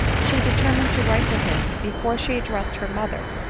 she determined to write to him before she addressed her mother,